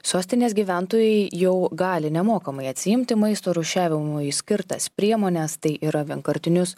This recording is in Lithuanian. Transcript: sostinės gyventojai jau gali nemokamai atsiimti maisto rūšiavimui skirtas priemones tai yra vienkartinius